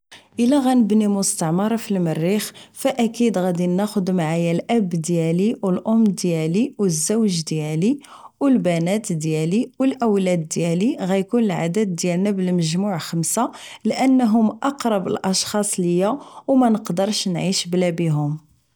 الا غنبني مستعمرة فالمريخ فاكيد غادي ناخد معايا الاب ديالي و الام ديالي و الزوج ديالي و البنات ديالي و الاولاد ديالي غيكون العدد ديالنا بالمجموع خمسة لانهم اقرب الاشخاص ليا و منقدرش نعيش بلا بيهم